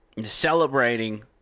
Celebrating